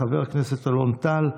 של חבר הכנסת אלון טל,